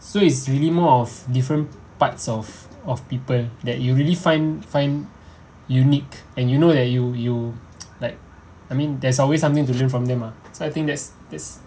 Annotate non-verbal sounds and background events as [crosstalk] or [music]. so it's really more of different types of of people that you really find find unique and you know that you you [noise] like I mean there's always something to learn from them ah so I think that's that's